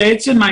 להתאשפז,